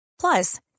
Plus